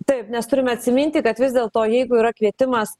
taip nes turime atsiminti kad vis dėlto jeigu yra kvietimas